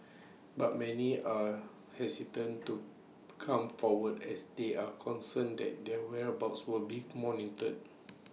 but many are hesitant to come forward as they are concerned that their whereabouts would be monitored